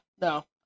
no